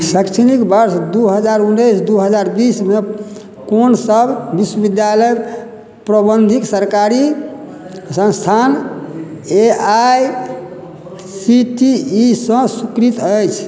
शैक्षणिक वर्ष दू हजार उन्नैस दू हजार बीसमे कोन सब विश्वविद्यालय प्रबंधिक सरकारी संस्थान A I C T E सँ स्वीकृत अछि